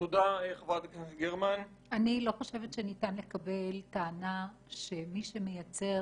אני לא חושבת שניתן לקבל טענה שמי שמייצר